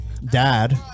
Dad